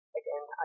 again